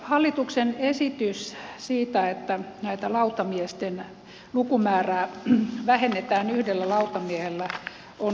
hallituksen esitys siitä että tätä lautamiesten lukumäärää vähennetään yhdellä lautamiehellä on ihan kannatettava